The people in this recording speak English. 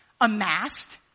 amassed